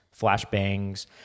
flashbangs